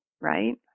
right